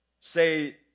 say